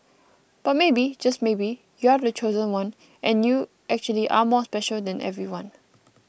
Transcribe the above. but maybe just maybe you're the chosen one and you actually are more special than everyone